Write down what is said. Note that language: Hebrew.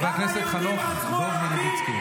אני היושב-ראש, אני לא דן איתך.